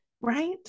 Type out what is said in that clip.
Right